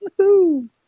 Woohoo